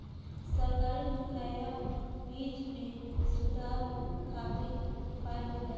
सरकारी मुहैया बीज में सुधार खातिर उपाय बताई?